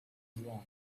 wrong